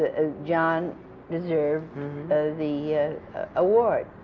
ah john deserved the award.